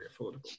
affordable